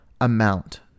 amount